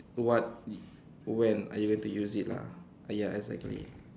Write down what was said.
what when are you going to use it lah ah ya exactly